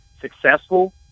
successful